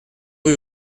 rue